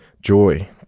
joy